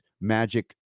magic